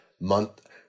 month